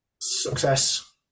Success